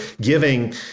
giving